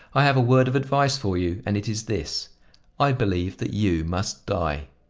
i have a word of advice for you, and it is this i believe that you must die.